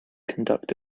conduct